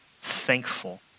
thankful